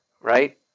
right